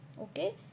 okay